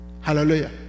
Hallelujah